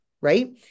right